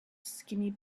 skinny